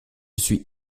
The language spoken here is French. suis